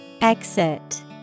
Exit